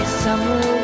summer